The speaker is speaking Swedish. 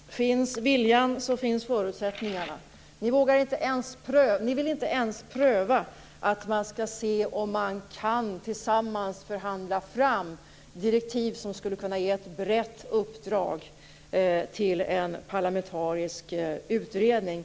Herr talman! Finns viljan så finns förutsättningarna. Ni vill inte ens pröva och se om man tillsammans kan förhandla fram direktiv som skulle kunna ge ett brett uppdrag till en parlamentarisk utredning.